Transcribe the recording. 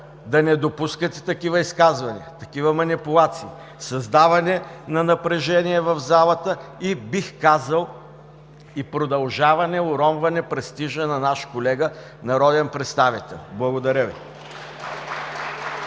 да не допускате такива изказвания, такива манипулации, създаване на напрежение в залата и, бих казал, продължаване уронване престижа на наш колега, народен представител. Благодаря Ви.